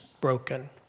broken